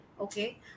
okay